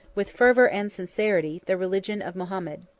with fervor and sincerity, the religion of mahomet.